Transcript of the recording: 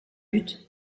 but